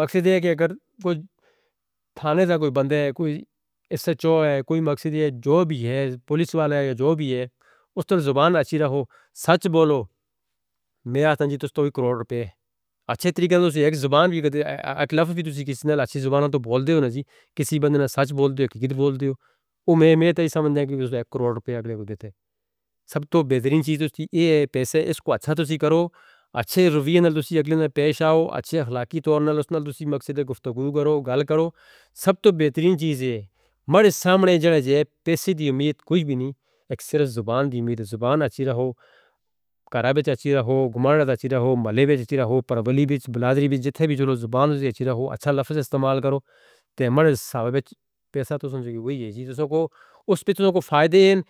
مقصد ہے کہ اگر تھانے دا کوئی بندہ ہے، کوئی ایس ایچ او ہے، کوئی مقصد ہے، جو بھی ہے، پولیس والا ہے یا جو بھی ہے، اس طرح زبان اچھی رہو، سچ بولو۔ میہ تنگی تستان کوئی کروڑ روپے اچھے طریقہ سے ایک زبان بھی، ایک لفظ بھی کسی کے ساتھ اچھی زبانوں تو بول دیتے ہو، کسی بندے سے سچ بول دیتے ہو، حقیقت بول دیتے ہو، وہ میہ تنگی سمجھ دیں کہ اس نے کروڑ روپے اگلے کو دیتے سب تو بہترین چیز ہے۔ پیسے اس کو اچھا تسی کرو، اچھے رویہ نال تسی اگلے نال پیش آؤ، اچھے اخلاقی طور پر اس نال تسی مقصد گفتگو کرو، گال کرو۔ سب تو بہترین چیز ہے مرے سامنے جلے جے پیسے دی امید کچھ بھی نہیں، ایک صرف زبان دی امید ہے۔ زبان اچھی رہو، کرمچ اچھی رہو، گممنڈہ اچھی رہو، ملے وچ اچھی رہو، پرولی وچ بلادری وچ جتے بھی جڑو، زبانوں سے اچھی رہو، اچھا لفظ استعمال کرو تے مرے ساہبے پیسہ تسانجگی اوہ یہ جی تسانوں کو اس پہ تسانوں کو فائدے ہیں.